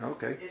Okay